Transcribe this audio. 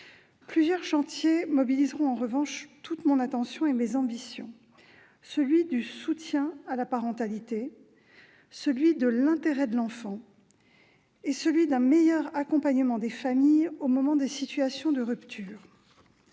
Plusieurs chantiers mobiliseront en revanche toute mon attention et mes ambitions : le soutien à la parentalité, la promotion de l'intérêt de l'enfant et un meilleur accompagnement des familles au moment des situations de rupture.